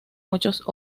muchos